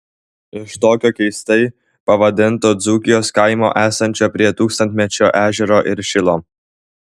iš tokio keistai pavadinto dzūkijos kaimo esančio prie tūkstantmečio ežero ir šilo